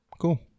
Cool